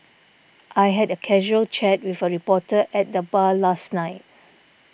I had a casual chat with a reporter at the bar last night